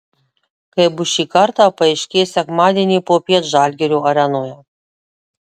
kaip bus šį kartą paaiškės sekmadienį popiet žalgirio arenoje